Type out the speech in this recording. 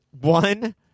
One